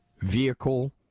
vehicle